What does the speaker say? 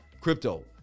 Crypto